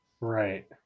Right